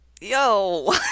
Yo